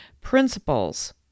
Principles